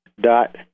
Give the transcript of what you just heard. dot